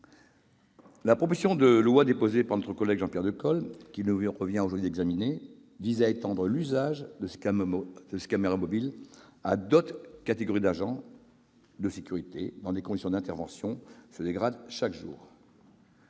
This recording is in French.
La proposition de loi déposée par notre collègue Jean-Pierre Decool, qu'il nous revient aujourd'hui d'examiner, vise à étendre l'usage de ces caméras mobiles à d'autres catégories d'agents de sécurité dont les conditions d'intervention se dégradent chaque jour.